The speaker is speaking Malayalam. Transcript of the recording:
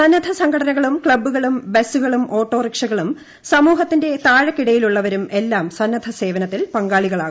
സന്നദ്ധ സംഘടനകളും ക്സബുകളും ബസ്സുകളും ഓട്ടോറിക്ഷകളും സമൂഹത്തിന്റെ താഴേക്കിടയിൽ ഉളളവരും എല്ലാം സന്നദ്ധ സേവനത്തിൽ പങ്കാളികളാകുന്നുണ്ട്